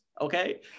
okay